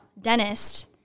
dentist